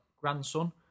grandson